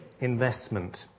investment